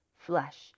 flesh